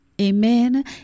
amen